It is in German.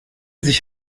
sich